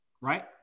right